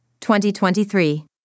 2023